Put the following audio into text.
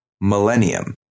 Millennium